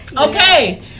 Okay